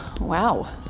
Wow